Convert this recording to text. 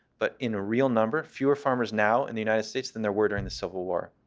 but in real number, fewer farmers now in the united states than there were in the civil war.